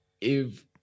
if-